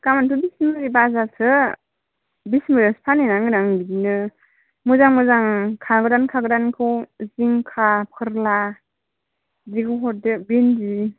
गाबोनथ' बिसमुरि बाजारसो बिसमुरिआवसो फानहैनांगोन आं बिदिनो मोजां मोजां खागोदान खागोदानखौ जिंखा फोरला बिदिखौनो हरदो भिन्डि